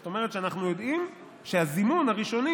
זאת אומרת שאנחנו יודעים שהזימון הראשוני,